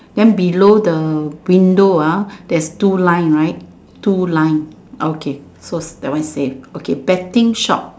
then below the window ah there's two line right two line okay so that one is same okay betting shop